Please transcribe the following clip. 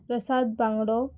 प्रसाद बांगडो